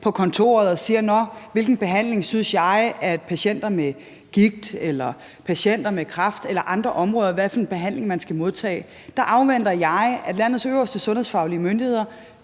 på kontoret og siger: Nå, hvilken behandling synes jeg at patienter med gigt eller patienter med kræft eller andet skal modtage? Der afventer jeg, at landets øverste sundhedsfaglige myndigheder